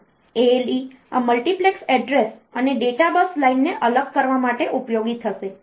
ALE આ multiplex address અને data bus લાઇનને અલગ કરવા માટે ઉપયોગી થશે